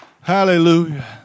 Hallelujah